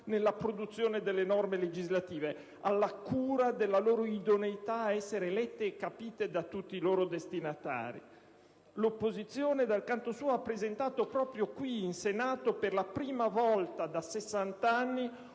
nella produzione delle norme legislative, alla cura della loro idoneità ad essere lette e capite da tutti i loro destinatari. L'opposizione, dal canto suo, ha presentato proprio qui in Senato, per la prima volta da